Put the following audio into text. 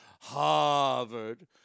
Harvard